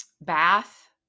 bath